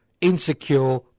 Insecure